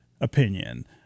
opinion